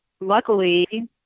luckily